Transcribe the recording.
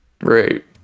Right